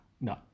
no